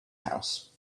house